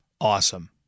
Awesome